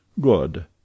Good